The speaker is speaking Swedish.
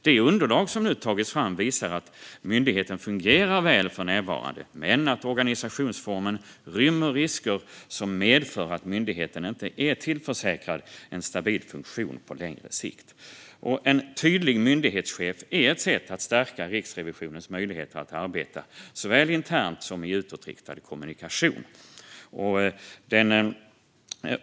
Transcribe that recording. Det underlag som nu har tagits fram visar att myndigheten fungerar väl för närvarande men att organisationsformen rymmer risker som medför att myndigheten inte är tillförsäkrad en stabil funktion på längre sikt. En tydlig myndighetschef är ett sätt att stärka Riksrevisionens möjligheter att arbeta såväl internt som i utåtriktad kommunikation.